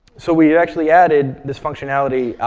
so we actually added this functionality,